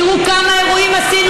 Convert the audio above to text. תראו כמה אירועים עשינו,